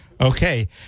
Okay